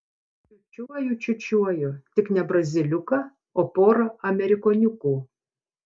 čiūčiuoju čiūčiuoju tik ne braziliuką o porą amerikoniukų